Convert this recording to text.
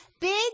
Big